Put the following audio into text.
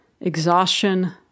exhaustion